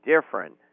different